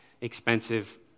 expensive